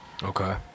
Okay